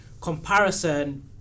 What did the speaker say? comparison